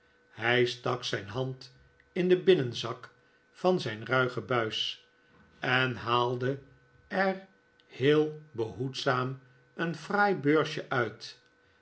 hij stak zijn hand in de binnenzak van zijn ruige buis en haalde er heel behoedzaam een fraai beursje uit